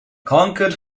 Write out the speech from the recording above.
conquered